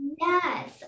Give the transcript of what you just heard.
yes